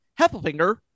Heffelfinger